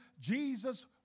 Jesus